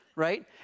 right